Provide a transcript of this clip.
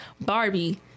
Barbie